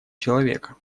человека